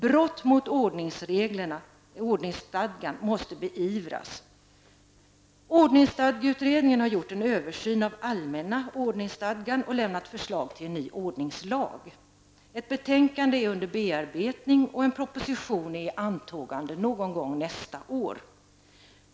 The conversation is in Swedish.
Brott mot ordningsstadgan måste beivras. Ordningsstadgeutredningen har gjort en översyn av allmänna ordningsstadgan och lämnat förslag till en ny ordningslag. Ett betänkande är under bearbetning, och en proposition är i antågande någon gång nästa år.